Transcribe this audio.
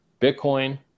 Bitcoin